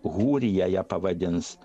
hurija ją pavadins